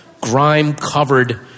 grime-covered